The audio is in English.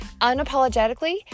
unapologetically